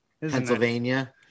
Pennsylvania